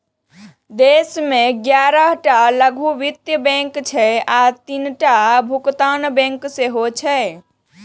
देश मे ग्यारह टा लघु वित्त बैंक छै आ तीनटा भुगतान बैंक सेहो छै